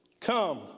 come